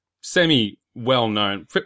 semi-well-known